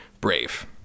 Brave